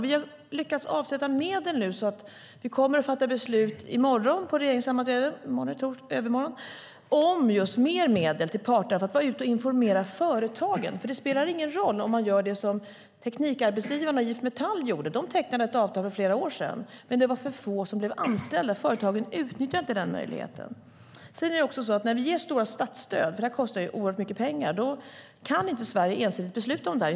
Vi har nu lyckats avsätta medel och kommer att fatta beslut på regeringssammanträdet i övermorgon om mer medel till parterna så att de kan vara ute och informera företagen. Det spelar ingen roll när Teknikarbetsgivarna och IF Metall tecknade ett avtal för flera år sedan. Det var för få som blev anställda, och företagen utnyttjade inte möjligheten. När vi ger stora statsstöd - det här kostar oerhört mycket pengar - kan Sverige inte besluta ensidigt.